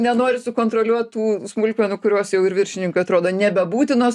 nenori sukontroliuot tų smulkmenų kurios jau ir viršininkui atrodo nebebūtinos